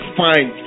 fine